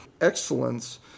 excellence